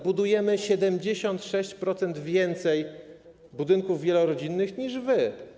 Budujemy 76% więcej budynków wielorodzinnych niż wy.